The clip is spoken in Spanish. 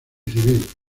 civil